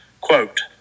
quote